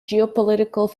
geopolitical